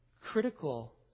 critical